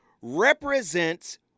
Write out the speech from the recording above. represents